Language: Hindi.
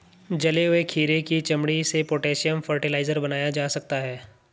जले हुए खीरे की चमड़ी से पोटेशियम फ़र्टिलाइज़र बनाया जा सकता है